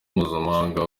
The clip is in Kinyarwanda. mpuzamahanga